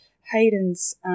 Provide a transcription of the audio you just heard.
Hayden's